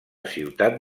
ciutat